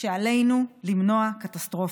שעלינו למנוע קטסטרופה.